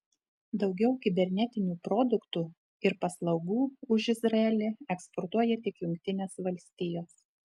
daugiau kibernetinių produktų ir paslaugų už izraelį eksportuoja tik jungtinės valstijos